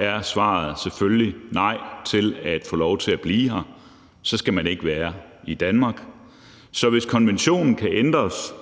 er svaret selvfølgelig nej til at få lov til at blive her; så skal man ikke være i Danmark. Så hvis konventionen kan ændres,